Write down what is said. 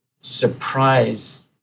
surprise